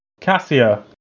Cassia